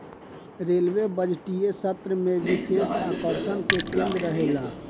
railway बजटीय सत्र में विशेष आकर्षण के केंद्र रहेला